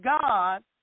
God